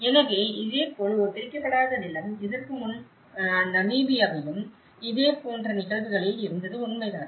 எனவே இதேபோல் ஒரு பிரிக்கப்படாத நிலம் இதற்கு முன்பு நமீபியாவிலும் இதே போன்ற நிகழ்வுகளில் இருந்தது உண்மைதான்